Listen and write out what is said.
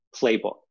playbook